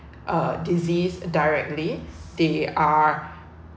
uh disease directly they are